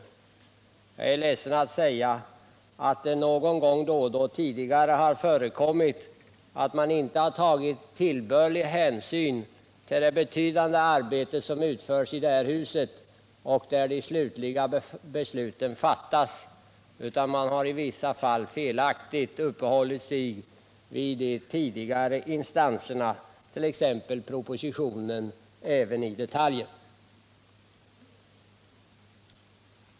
Jag är ledsen att behöva säga att det tidigare då och då har förekommit att man inte tagit tillbörlig hänsyn till det betydande arbete som utförs i det här huset, där de slutliga besluten fattas, utan att man i vissa fall felaktigt uppehållit sig vid tidigare instanser, t.ex. propositionen, även i detaljerna.